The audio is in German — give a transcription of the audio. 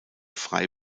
frei